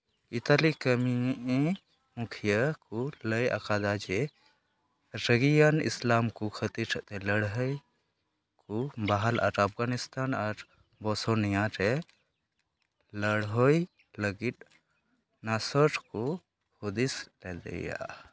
Italy ᱠᱟᱹᱢᱤ ᱢᱩᱠᱷᱭᱟᱹ ᱠᱚ ᱞᱟᱹᱭ ᱟᱠᱟᱫᱟ ᱡᱮ ᱨᱟᱹᱜᱤᱭᱟᱱ ᱤᱥᱞᱟᱢ ᱠᱚ ᱠᱷᱟᱹᱛᱤᱨ ᱛᱮ ᱞᱟᱹᱲᱦᱟᱹᱭ ᱠᱚ ᱵᱟᱦᱟᱞ ᱟᱨ ᱟᱯᱷᱜᱟᱱᱤᱥᱛᱟᱱ ᱟᱨ ᱵᱚᱥᱚᱱᱤᱭᱟ ᱨᱮ ᱞᱟᱹᱲᱦᱟᱹᱭ ᱞᱟᱹᱜᱤᱫ ᱱᱟᱥᱚᱨ ᱠᱚ ᱦᱩᱫᱤᱥ ᱞᱮᱫᱮᱭᱟ